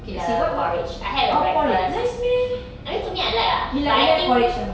okay lah porridge I had a breakfast I mean to me I like ah but I think